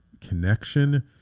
connection